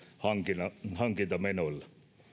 hankintamenoilla